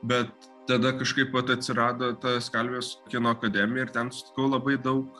bet tada kažkaip vat atsirado ta skalvijos kino akademija ir ten sutikau labai daug